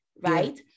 right